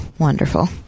Wonderful